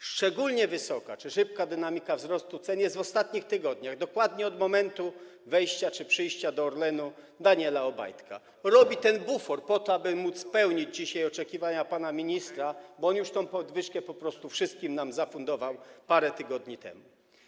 Szczególnie wysoka czy szybka dynamika wzrostu cen jest w ostatnich tygodniach, dokładnie od momentu wejścia czy przyjścia do Orlenu Daniela Obajtka - robi ten bufor po to, aby móc spełnić dzisiaj oczekiwania pana ministra, bo on już tę podwyżkę po prostu wszystkim nam zafundował parę tygodni temu.